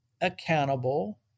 accountable